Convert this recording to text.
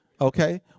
okay